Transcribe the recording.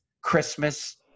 Christmas